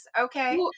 okay